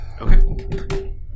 Okay